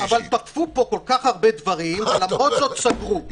תקפו פה כל כך הרבה דברים ולמרות זאת סגרו,